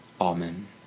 Amen